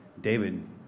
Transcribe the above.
David